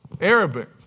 Arabic